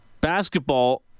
basketball